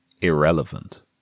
irrelevant